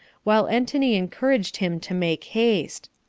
while antony encouraged him to make haste.